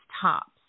tops